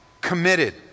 committed